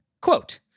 Quote